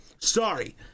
Sorry